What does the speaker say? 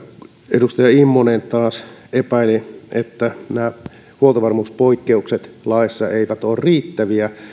edustaja immonen taas epäili että nämä huoltovarmuuspoikkeukset laissa eivät ole riittäviä